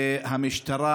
והמשטרה,